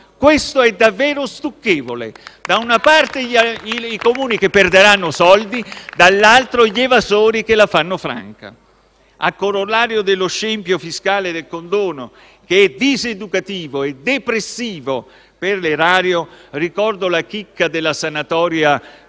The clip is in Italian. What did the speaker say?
Questo è davvero stucchevole: da una parte i Comuni che perderanno soldi e dall'altra gli evasori che la fanno franca. A corollario dello scempio fiscale del condono, che è diseducativo e depressivo per l'erario, ricordo la chicca della sanatoria